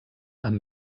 amb